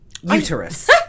uterus